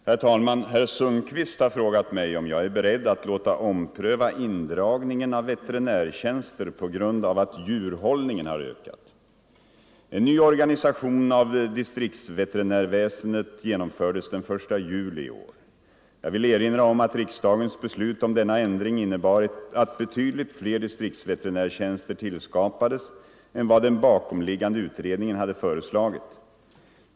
Herr talman! Herr Sundkvist har frågat mig om jag är beredd att låta ompröva indragningen av veterinärtjänster på grund av att djurhållningen har ökat. En ny organisation av distriktsveterinärväsendet genomfördes den 1 juli i år. Jag vill erinra om att riksdagens beslut om denna ändring innebar att betydligt fler distriktsveterinärtjänster tillskapades än vad den bakomliggande utredningen hade föreslagit.